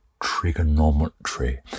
trigonometry